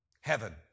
Heaven